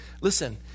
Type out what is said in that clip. listen